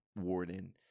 warden